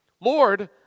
Lord